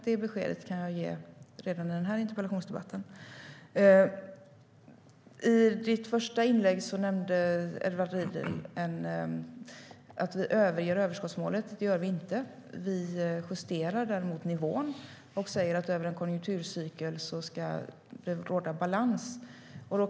Det beskedet kan jag ge redan i den här interpellationsdebatten.I sitt första inlägg nämnde Edward Riedl att vi överger överskottsmålet. Det gör vi inte. Däremot justerar vi nivån och säger att det ska råda balans över en konjunkturcykel.